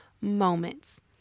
moments